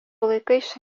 laikais